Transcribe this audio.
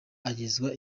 agezwa